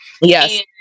Yes